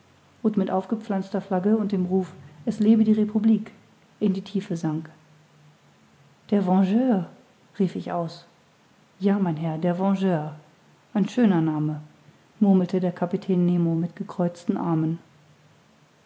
und mit aufgepflanzter flagge und dem ruf es lebe die republik in die tiefe sank der vengeur rief ich aus ja mein herr der vengeur ein schöner name murmelte der kapitän nemo mit gekreuzten armen